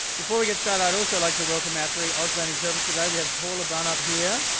before we get started i'd also like to welcome our three auslan interpreters today. we have paul but up here,